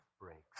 breaks